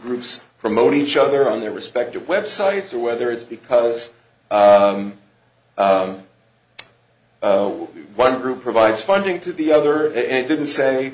groups promote each other on their respective websites or whether it's because one group provides funding to the other it didn't say